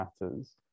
matters